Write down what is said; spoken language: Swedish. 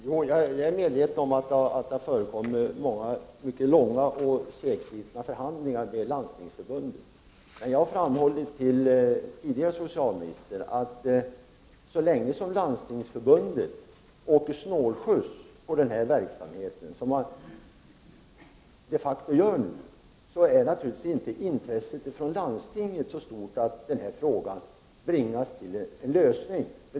Fru talman! Jag är medveten om att det har förekommit mycket långa och segslitna förhandlingar med Landstingsförbundet. Men jag framhöll för den förre socialministern, att så länge som Landstingsförbundet åker snålskjuts på den verksamheten — som man de facto nu gör — är intresset från landstingens sida naturligtvis inte så stort att frågan kan bringas till en lösning.